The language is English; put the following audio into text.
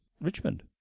Richmond